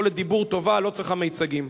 יכולת דיבור טובה לא צריכה מיצגים.